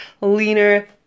leaner